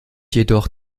jedoch